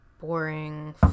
boring